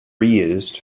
reused